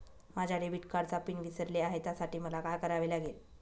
माझ्या डेबिट कार्डचा पिन विसरले आहे त्यासाठी मला काय करावे लागेल?